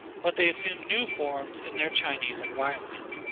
but they assumed new forms in their chinese environment.